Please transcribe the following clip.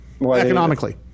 Economically